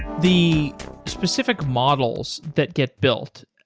the specific models that get built,